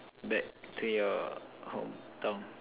back to your hometown